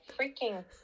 freaking